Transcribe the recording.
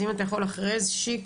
אז אם אתה יכול אחרי שיקלי,